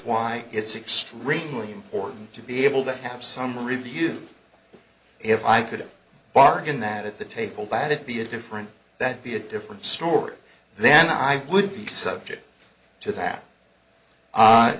why it's extremely important to be able to have some review if i could bargain that at the table by that be a different that be a different story then i would be subject to that